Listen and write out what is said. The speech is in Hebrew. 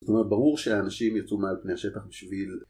זאת אומרת, ברור שהאנשים יצאו מעל פני השטח בשביל...